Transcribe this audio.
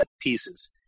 pieces